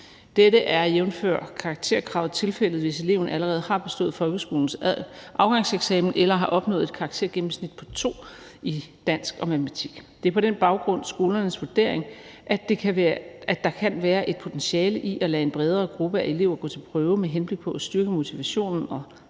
Dette er jævnfør karakterkravet tilfældet, hvis eleven allerede har bestået folkeskolens afgangseksamen eller har opnået et karaktergennemsnit på 2 i dansk og matematik. Det er på den baggrund skolernes vurdering, at der kan være et potentiale i at lade en bredere gruppe af elever gå til prøve med henblik på at styrke motivationen og den